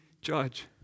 judge